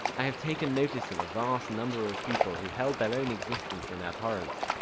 i have taken notice of a vast number of people who held their own existence in abhorrence,